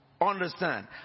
Understand